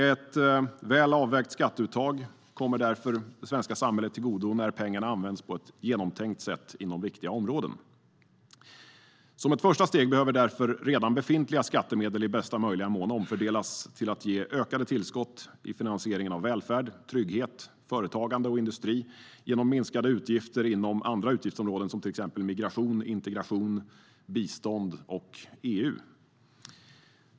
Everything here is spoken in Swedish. Ett väl avvägt skatteuttag kommer det svenska samhället till godo när pengarna används på ett genomtänkt sätt inom viktiga områden. Som ett första steg behöver därför redan befintliga skattemedel i bästa möjliga mån omfördelas genom ökade tillskott till finansieringen av välfärd, trygghet, företagande och industri och minskade utgifter inom andra utgiftsområden, som exempelvis migration, integration, felriktat bistånd och EU.